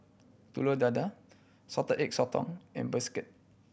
Telur Dadah Salted Egg Sotong and bistake